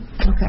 Okay